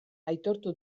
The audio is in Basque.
aitortu